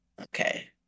Okay